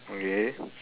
okay